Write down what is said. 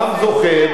העם זוכר,